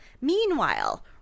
Meanwhile